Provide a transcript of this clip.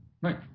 Right